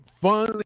Fun